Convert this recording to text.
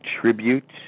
tribute